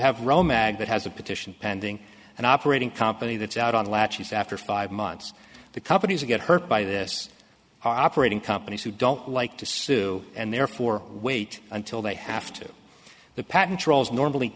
agate has a petition pending an operating company that's out on latches after five months the companies get hurt by this operating companies who don't like to sue and therefore wait until they have to the patent trolls normally